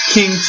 King